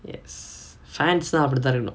yes fans னா அப்புடித்தா இருக்கணும்:naa appudithaa irukanum